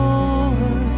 over